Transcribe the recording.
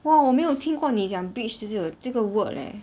!wah! 我没有听过你讲 bitch 这些这个 word eh